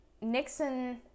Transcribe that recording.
Nixon